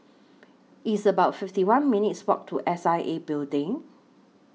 It's about fifty one minutes' Walk to S I A Building